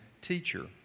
teacher